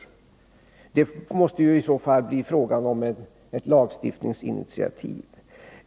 Det måste i så fall i stället bli fråga om ett lagstiftningsinitiativ.